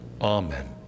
Amen